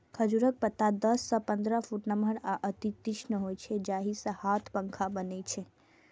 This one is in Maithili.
खजूरक पत्ता दस सं पंद्रह फुट नमहर आ अति तीक्ष्ण होइ छै, जाहि सं हाथ पंखा बनै छै